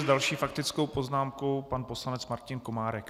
S další faktickou poznámkou pan poslanec Martin Komárek.